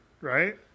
right